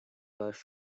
was